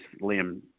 liam